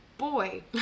Boy